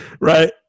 Right